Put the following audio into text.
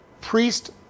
priest